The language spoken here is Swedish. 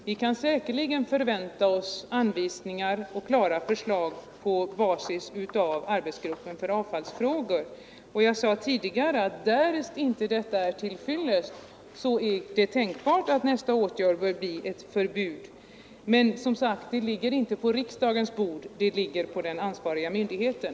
Vi kan helt säkert förvänta oss anvisningar och klara förslag från arbetsgruppen för avfallsfrågor, och jag upprepar att om de åtgärder som den föreslår inte är till fyllest är det tänkbart att nästa steg bör bli ett förbud. Nr 130 Men, som sagt, det åligger i så fall inte riksdagen utan den ansvariga Torsdagen den